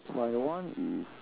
my one is